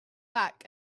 back